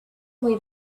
muy